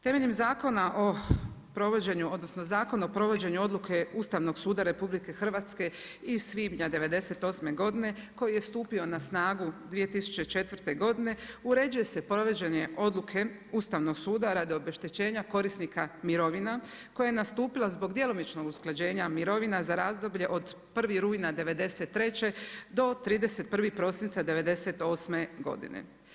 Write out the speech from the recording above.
Temeljem Zakona o provođenju, odnosno Zakona o provođenju odluke Ustavnog suda RH iz svibnja '98. godine koji je stupio na snagu 2004. godine uređuje se provođenje odluke Ustavnog suda radi obeštećenja korisnika mirovina koje je nastupilo zbog djelomičnog usklađenja mirovina za razdoblje od 1. rujna '93. do 31. prosinca '98. godine.